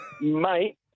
Mate